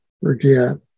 forget